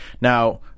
Now